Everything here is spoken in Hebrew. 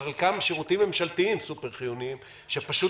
חלקם שירותים ממשלתיים סופר חיוניים שפשוט